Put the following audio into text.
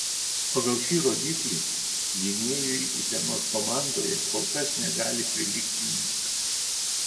pagal šį rodiklį gynėjui utenos komandoje kol kas negali prilygti niekas